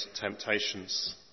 temptations